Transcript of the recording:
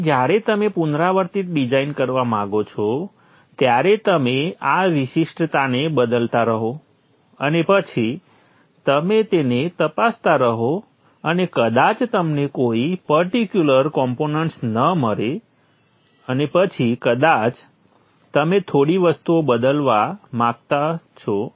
તેથી જ્યારે તમે પુનરાવર્તિત ડિઝાઇન કરવા માંગો છો ત્યારે તમે આ વિશિષ્ટતાઓને બદલતા રહો અને પછી તમે તેને તપાસતા રહો અને કદાચ તમને કોઈ પર્ટિક્યુલર કોમ્પોનન્ટ્ ન મળે અને પછી કદાચ તમે થોડી વસ્તુઓ બદલવા માંગો છો